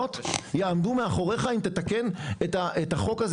הציוניות יעמדו מאחוריך אם תתקן את החוק הזה